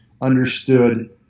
understood